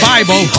Bible